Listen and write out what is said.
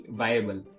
viable